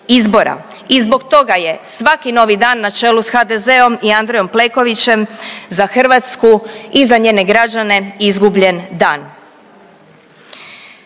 I zbog toga je svaki novi dan na čelu s HDZ-om i Andrejom Plenkovićem za Hrvatsku i za njene građane izgubljen dan.